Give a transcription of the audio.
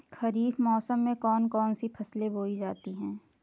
खरीफ मौसम में कौन कौन सी फसलें बोई जाती हैं?